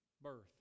birth